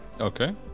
Okay